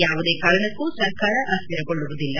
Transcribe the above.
ಯಾವುದೇ ಕಾರಣಕ್ಕೂ ಸರ್ಕಾರ ಅಸ್ಟಿರಗೊಳ್ಳುವುದಿಲ್ಲ